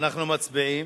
אנחנו מצביעים.